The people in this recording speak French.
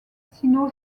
sino